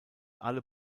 alle